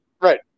Right